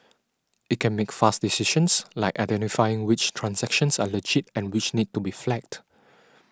it can make fast decisions like identifying which transactions are legit and which need to be flagged